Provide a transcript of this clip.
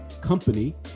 company